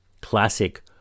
classic